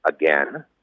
again